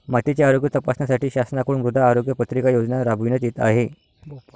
मातीचे आरोग्य तपासण्यासाठी शासनाकडून मृदा आरोग्य पत्रिका योजना राबविण्यात येत आहे